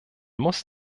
muss